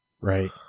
Right